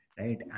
right